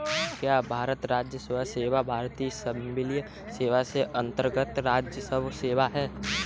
क्या भारतीय राजस्व सेवा भारतीय सिविल सेवा के अन्तर्गत्त राजस्व सेवा है?